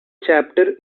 chapter